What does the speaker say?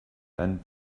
einen